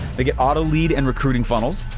they get auto lead and recruiting funnels,